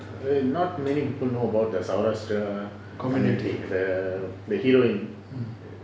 community